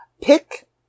pick